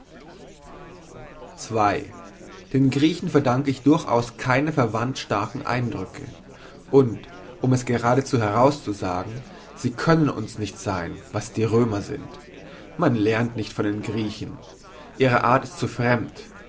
den griechen verdanke ich durchaus keine verwandt starken eindrücke und um es geradezu herauszusagen sie können uns nicht sein was die römer sind man lernt nicht von den griechen ihre art ist zu fremd